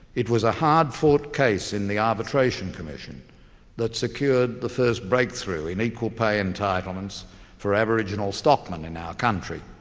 it was a hard-fought case in the arbitration commission that secured the first breakthrough in equal pay entitlements for aboriginal stockmen in our country.